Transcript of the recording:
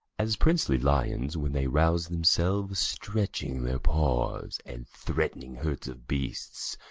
as princely lions, when they rouse themselves, stretching their paws, and threatening herds of beasts,